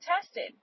tested